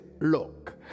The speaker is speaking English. look